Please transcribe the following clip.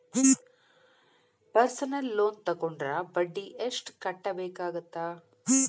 personal loan ತೊಗೊಂಡ್ರ ಬಡ್ಡಿ ಎಷ್ಟ್ ಕಟ್ಟಬೇಕಾಗತ್ತಾ